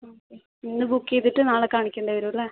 okay ഇന്ന് book ചെയ്തിട്ട് നാളെ കാണിക്കേണ്ടി വരും അല്ലെ